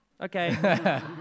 Okay